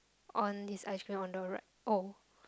on his ice cream on the right oh